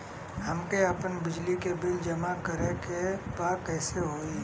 हमके आपन बिजली के बिल जमा करे के बा कैसे होई?